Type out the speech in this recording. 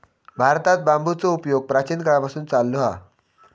भारतात बांबूचो उपयोग प्राचीन काळापासून चाललो हा